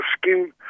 skin